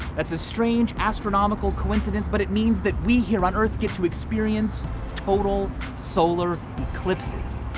that's a strange astronomical coincidence but it means that we here on earth get to experience total solar eclipses.